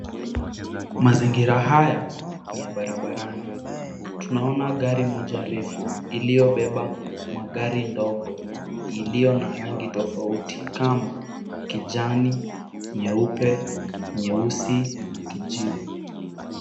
Mazingira haya ni ya barabarani. Tunaona gari moja refu iliyobeba magari ndogo iliyo na rangi tofauti kama kijani, nyeupe, nyeusi na kijivu.